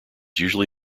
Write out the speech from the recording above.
usually